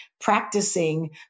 practicing